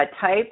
type